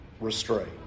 Restraint